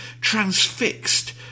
transfixed